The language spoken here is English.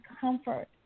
comfort